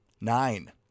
nine